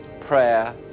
prayer